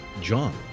John